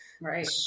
Right